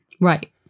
Right